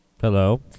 Hello